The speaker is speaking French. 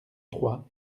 trois